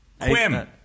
Quim